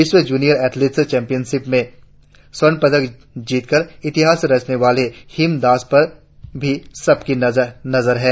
विश्व junior athletic championship में स्वर्ण पदक जीतकर इतिहास रचने वाली हिमा दास पर भी सबकी निगाहे होंगी